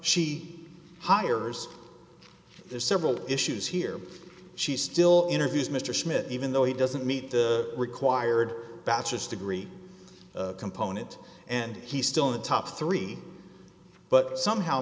she hires there's several issues here she still interviews mr schmidt even though he doesn't meet the required bachelor's degree component and he's still in the top three but somehow